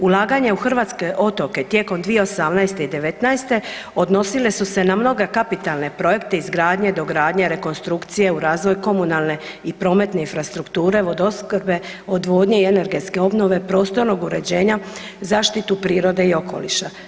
Ulaganje u hrvatske otoke tijekom 2018. i '19. odnosile su se na mnoge kapitalne projekte izgradnje, dogradnje, rekonstrukcije u razvoj komunalne i prometne infrastrukture, vodoopskrbe, odvodnje i energetske obnove, prostornog uređenja, zaštitu prirode i okoliša.